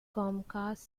comcast